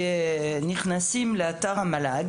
כנכנסים לאתר המל"ג